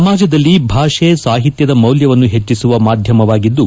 ಸಮಾಜದಲ್ಲಿ ಭಾಷೆ ಸಾಹಿತ್ಯದ ಮೌಲ್ಯವನ್ನು ಹೆಚ್ಚಿಸುವ ಮಾಧ್ಯಮವಾಗಿದ್ದು